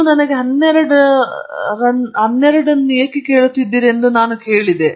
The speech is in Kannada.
ನೀವು ನನಗೆ 12 ರನ್ನು ಏಕೆ ಕೇಳುತ್ತಿದ್ದೀರಿ ಎಂದು ನಾನು ಹೇಳಿದೆ